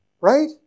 Right